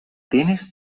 tienes